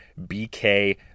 BK